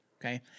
Okay